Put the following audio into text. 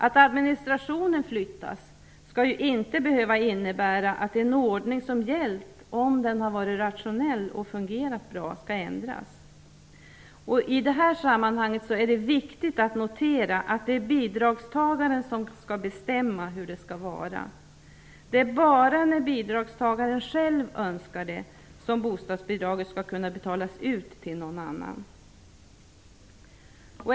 Att administrationen flyttas skall ju inte behöva innebära att en ordning som gällt, om den har varit rationell och fungerat bra, skall ändras. I detta sammanhang är det viktigt att notera att det är bidragstagaren som skall bestämma hur det skall vara. Det är bara när bidragstagaren själv önskar det som bostadsbidraget skall kunna betalas ut till någon annan.